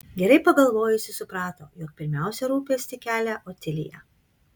gerai pagalvojusi suprato jog pirmiausia rūpestį kelia otilija